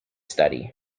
study